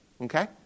Okay